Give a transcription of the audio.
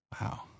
Wow